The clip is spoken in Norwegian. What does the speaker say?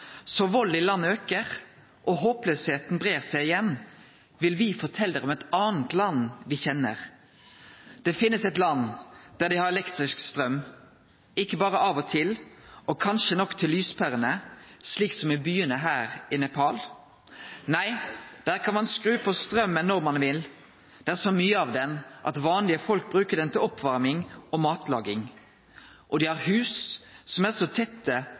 så volden i landet øker og håpløsheten brer seg igjen, vil vi fortelle dere om et annet land vi kjenner: Det finnes et land der de har elektrisk strøm. Ikke bare av og til, og kanskje nok til lyspærene, slik som i byene her i Nepal. Nei, der kan man skru på strømmen når man vil! Det er så mye av den at vanlige folk bruker den til oppvarming og matlaging. Og de har hus som er så tette